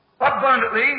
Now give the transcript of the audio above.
abundantly